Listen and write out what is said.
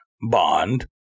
bond